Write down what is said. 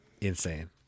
insane